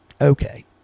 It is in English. okay